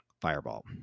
fireball